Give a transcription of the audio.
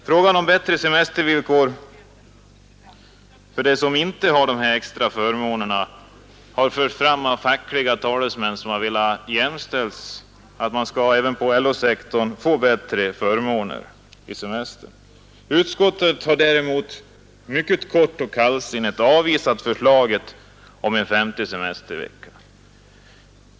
Frågan om bättre semestervillkor för dem som inte har dessa extra förmåner har förts fram av fackliga talesmän som velat att man inom LO-sektorn skall få bättre semesterförmåner. Utskottet har däremot mycket kort och kallsinnigt avvisat förslaget om en femte semestervecka.